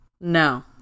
No